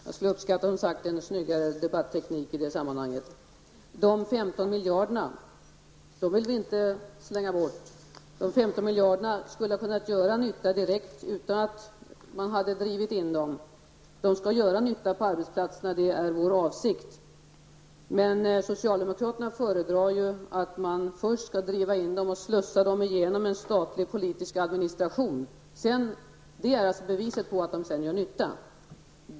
Jag skulle som sagt uppskatta en snyggare debatteknik i det sammanhanget. De 15 miljarderna vill vi inte slänga bort. De 15 miljarderna skulle ha kunnat göra nytta direkt utan att man hade drivit in dem först. De skall göra nytta på arbetsplatserna, det är vår avsikt. Men socialdemokraterna föredrar att man först skall driva in dem och slussa dem igenom en statlig politisk administration. Det är beviset på att de sedan gör nytta.